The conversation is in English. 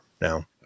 now